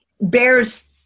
bears